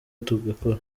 tugakora